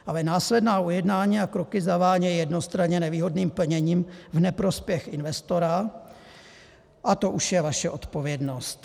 Ale následná ujednání a kroky zavánějí jednostranně nevýhodným plněním v neprospěch investora a to už je vaše odpovědnost.